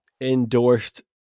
endorsed